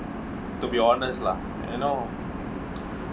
to be honest lah you know